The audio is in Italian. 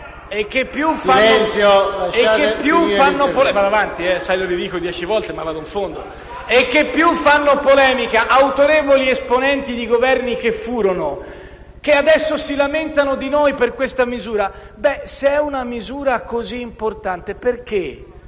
che fanno più polemica autorevoli esponenti di Governi che furono, che adesso si lamentano di noi per questa misura; se è una misura così importante perché